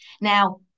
Now